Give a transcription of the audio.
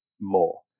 more